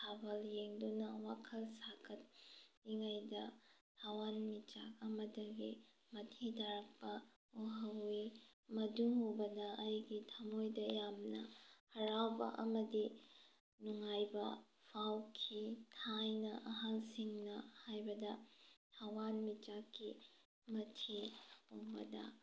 ꯊꯥꯕꯜ ꯌꯦꯡꯗꯨꯅ ꯋꯥꯈꯜ ꯁꯥꯒꯠꯂꯤꯉꯩꯗ ꯊꯥꯋꯥꯟꯃꯤꯆꯥꯛ ꯑꯃꯗꯒꯤ ꯃꯊꯤ ꯇꯥꯔꯛꯄ ꯎꯍꯧꯏ ꯃꯗꯨ ꯎꯕꯗ ꯑꯩꯒꯤ ꯊꯝꯃꯣꯏꯗ ꯌꯥꯝꯅ ꯍꯥꯔꯥꯎꯕ ꯑꯃꯗꯤ ꯅꯨꯡꯉꯥꯏꯕ ꯐꯥꯎꯈꯤ ꯊꯥꯏꯅ ꯑꯍꯜꯁꯤꯡꯅ ꯍꯥꯏꯕꯗ ꯊꯥꯋꯥꯟꯃꯤꯆꯥꯛꯀꯤ ꯃꯊꯤ ꯎꯕꯗ